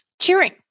Cheering